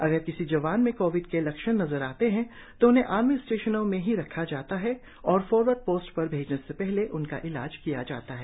अगर किसी जवान में कोविड के लक्षण नजर आते हैं तो उन्हें आर्मी स्टेशनों में ही रखा जाता है और फॉरवर्ड पोस्ट पर भैजने से पहले उनका इलाज कराया जाता है